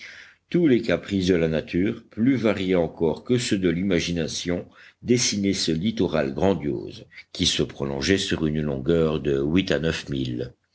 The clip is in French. tous les caprices de la nature plus variés encore que ceux de l'imagination dessinaient ce littoral grandiose qui se prolongeait sur une longueur de huit à neuf milles